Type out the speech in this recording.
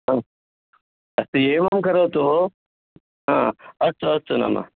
ह अस्ति एवं करोतु अस्तु अस्तु नाम